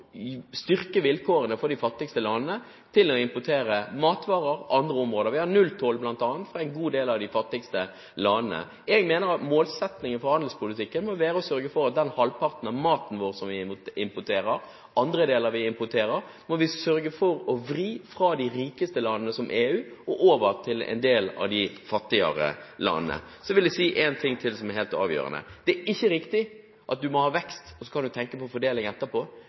styrke vilkårene for de fattigste landene ved å importere matvarer og annet – vi har bl.a. nulltoll for en god del av de fattigste landene. Jeg mener at målsettingen for handelspolitikken må være å sørge for å vri den halvparten av maten vår som vi importerer – og annet som vi importerer – fra de rikeste landene, som EU, over til en del av de fattigere landene. Så vil jeg si en ting til som er helt avgjørende: Det er ikke riktig at man må ha vekst, og så kan man tenke på fordeling etterpå.